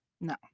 No